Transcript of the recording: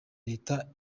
leta